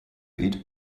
eat